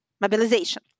mobilization